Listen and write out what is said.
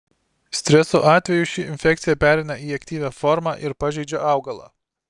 streso atveju ši infekcija pereina į aktyvią formą ir pažeidžia augalą